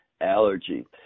allergy